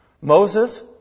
Moses